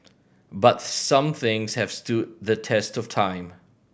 but some things have stood the test of time